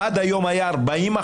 עד היום היו 40%,